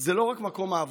זה לא רק מקום העבודה.